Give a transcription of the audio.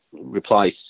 replies